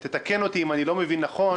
ותתקן אותי אם אני לא מבין נכון,